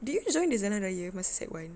did you join the jalan raya masa sec one